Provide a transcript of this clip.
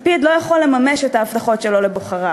לפיד לא יכול לממש את ההבטחות שלו לבוחריו,